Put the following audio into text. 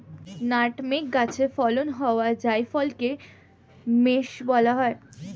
nutmeg গাছে ফলন হওয়া জায়ফলকে মেস বলা হয়